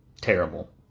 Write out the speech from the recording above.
Terrible